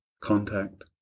Contact